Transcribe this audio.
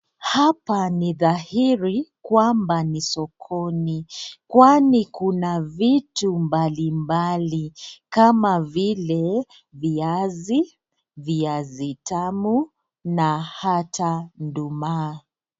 Hapa ni dhahiri kwamba ni sokoni, kwani kuna vitu mbalimbali kama vile viazi, viazi tamu na hata nduma.